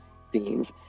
scenes